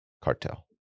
cartel